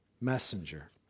messenger